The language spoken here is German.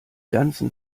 ganzen